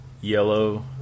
Yellow